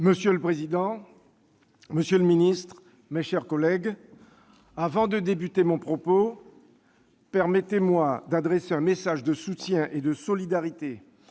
Monsieur le président, monsieur le ministre, mes chers collègues, avant de commencer mon propos, permettez-moi d'adresser un message de soutien et de solidarité